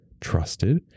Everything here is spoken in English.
trusted